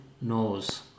knows